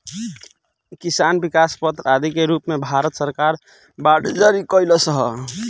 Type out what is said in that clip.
किसान विकास पत्र आदि के रूप में भारत सरकार बांड जारी कईलस ह